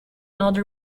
other